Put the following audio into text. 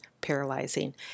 paralyzing